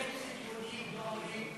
חברי כנסת יהודים לא אמורים,